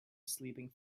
sleeping